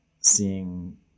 seeing